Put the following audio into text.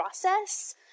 process